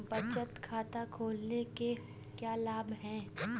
बचत खाता खोलने के क्या लाभ हैं?